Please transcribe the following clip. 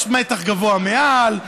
יש מתח גבוה מעל,